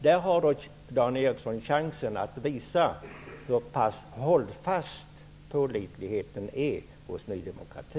Där har Dan Eriksson chansen att visa hur pass hållfast pålitligheten är hos Ny demokrati.